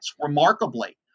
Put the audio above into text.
remarkably